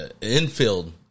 infield